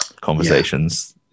conversations